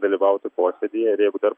dalyvautų posėdyje ir jeigu dar